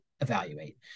evaluate